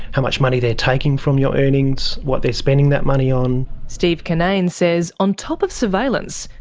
how much money they're taking from your earnings, what they're spending that money on. steve kinnane says on top of surveillance,